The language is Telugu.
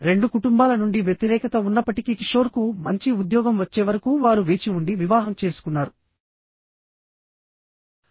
రెండు కుటుంబాల నుండి వ్యతిరేకత ఉన్నప్పటికీ కిషోర్కు మంచి ఉద్యోగం వచ్చే వరకు వారు వేచి ఉండి వివాహం చేసుకున్నారు